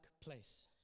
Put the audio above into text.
place